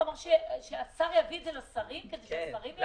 הוא אמר שהשר יביא את זה לשרים כדי שהשרים יביא?